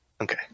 Okay